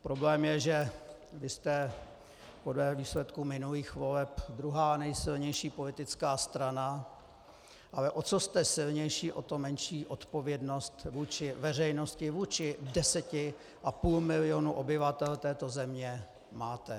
Problém je, že vy jste podle výsledků minulých voleb druhá nejsilnější politická strana, ale o co jste silnější, o to menší odpovědnost vůči veřejnosti, vůči 10,5 milionu obyvatel této země, máte.